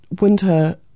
winter